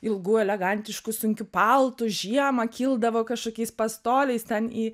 ilgu elegantišku sunkiu paltu žiemą kildavo kažkokiais pastoliais ten į